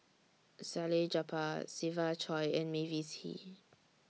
Salleh Japar Siva Choy and Mavis Hee